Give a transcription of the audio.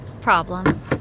Problem